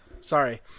sorry